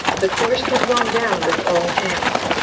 the kursk had gone down with all hands.